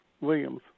Williams